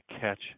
catch